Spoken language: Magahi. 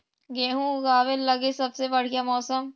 गेहूँ ऊगवे लगी सबसे बढ़िया मौसम?